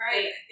Right